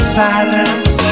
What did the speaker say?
silence